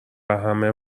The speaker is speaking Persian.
همه